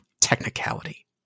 technicality